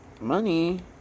money